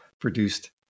produced